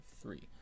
three